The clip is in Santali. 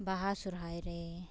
ᱵᱟᱦᱟ ᱥᱚᱨᱦᱟᱭ ᱨᱮ